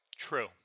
True